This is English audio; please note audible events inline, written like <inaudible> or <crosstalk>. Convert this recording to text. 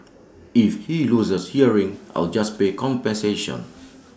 if he loses hearing I'll just pay compensation <noise>